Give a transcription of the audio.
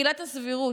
עילת הסבירות,